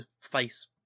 face